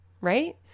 right